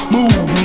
Move